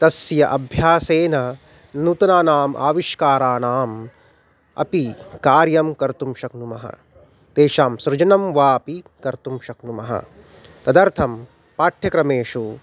तस्य अभ्यासेन नूतनानाम् आविष्काराणाम् अपि कार्यं कर्तुं शक्नुमः तेषां सृजनं वा अपि कर्तुं शक्नुमः तदर्थं पाठ्यक्रमेषु